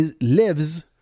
lives